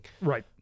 Right